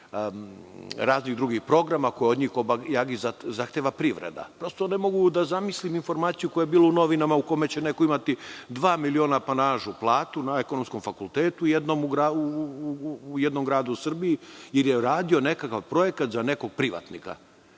raznih drugih programa koje od njih kobajagi zahteva privreda. Prosto, ne mogu da zamislim informaciju koja je bila u novinama u kome će neko imati dva miliona apanažu platu na Ekonomskom fakultetu u jednom gradu u Srbiji ili je uradio nekakav projekat za nekog privatnika.